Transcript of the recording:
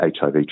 HIV